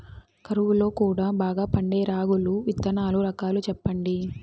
కరువు లో కూడా బాగా పండే రాగులు విత్తనాలు రకాలు చెప్పండి?